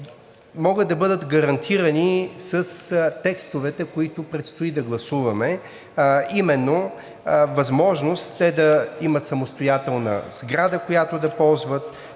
могат да бъдат гарантирани с текстовете, които предстои да гласуваме, а именно: възможност те да имат самостоятелна сграда, която да ползват;